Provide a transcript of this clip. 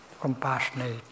compassionate